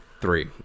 three